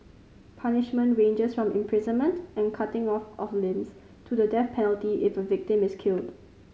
punishment ranges from imprisonment and cutting off of limbs to the death penalty if a victim is killed